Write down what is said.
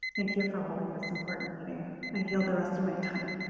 thank you for holding this important meeting a yield the rest of my time.